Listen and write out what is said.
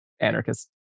anarchist